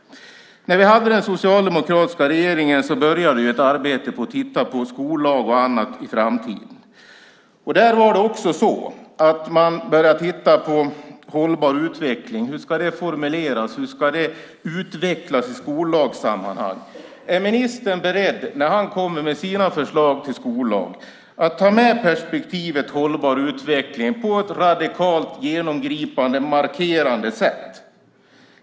När vi hade den socialdemokratiska regeringen började man ett arbete med att titta på skollag och annat i framtiden. Där började man också titta på hållbar utveckling: Hur ska det formuleras och utvecklas i skollagssammanhang? Är ministern beredd att när han kommer med sina förslag till skollag ta med perspektivet hållbar utveckling på ett radikalt, genomgripande och markerande sätt?